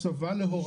הסבה להוראה.